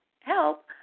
help